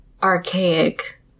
archaic